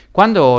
Quando